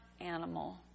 animal